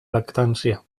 lactància